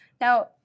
Now